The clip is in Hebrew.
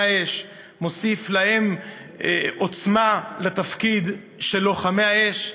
מוסיף להם עוצמה בתפקיד של לוחמי האש.